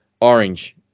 orange